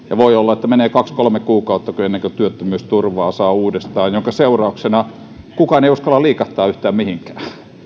ja voi olla että menee kaksi kolmekin kuukautta ennen kuin työttömyysturvaa saa uudestaan minkä seurauksena kukaan ei uskalla liikahtaa yhtään mihinkään